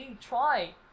try